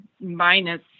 minus